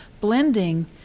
blending